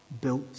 built